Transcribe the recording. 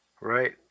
Right